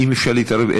אם אפשר להתערב,